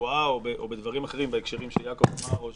בתברואה או בדברים אחרים בהקשרים שחבר